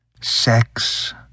sex